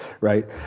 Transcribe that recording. right